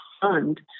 fund